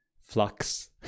flux